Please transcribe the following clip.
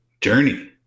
journey